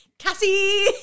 Cassie